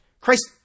Christ